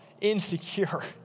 insecure